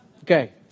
Okay